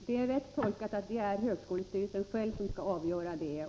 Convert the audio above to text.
Herr talman! Det är rätt tolkat att högskolestyrelsen själv skall avgöra det.